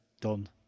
done